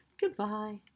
Goodbye